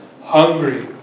hungry